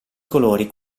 colori